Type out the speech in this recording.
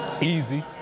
Easy